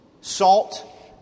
salt